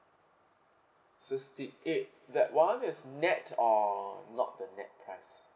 sixty eight that one is net or not the net price